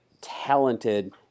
talented